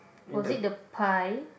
was it the pie